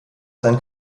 sein